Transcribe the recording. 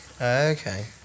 Okay